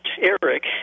eric